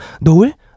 Noel